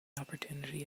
opportunity